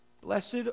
Blessed